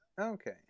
Okay